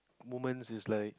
moments is like